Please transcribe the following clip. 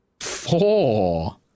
Four